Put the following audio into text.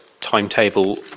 timetable